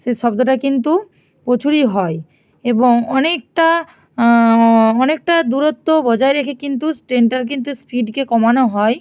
সেই শব্দটা কিন্তু প্রচুরই হয় এবং অনেকটা অনেকটা দূরত্ব বজায় রেখে কিন্তু স্ ট্রেনটার কিন্তু স্পিডকে কমানো হয়